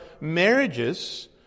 marriages